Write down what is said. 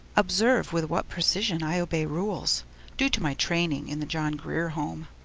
observe with what precision i obey rules due to my training in the john grier home.